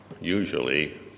usually